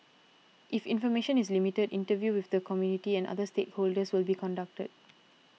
if information is limited interviews with the community and other stakeholders this will be conducted